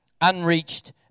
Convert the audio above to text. unreached